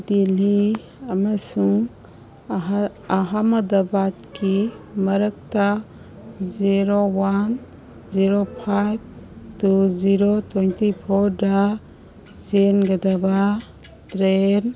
ꯗꯤꯜꯂꯤ ꯑꯃꯁꯨꯡ ꯑꯍꯥꯃꯗꯕꯥꯗꯀꯤ ꯃꯔꯛꯇ zero one zero five two zero twenty ꯐꯣꯔꯗ ꯆꯦꯟꯒꯗꯕ ꯇ꯭ꯔꯦꯟ